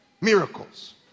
Miracles